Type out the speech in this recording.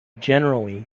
generally